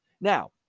now